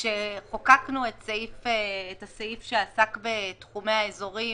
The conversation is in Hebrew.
כשחוקקנו את הסעיף שעסק בתחומי האזורים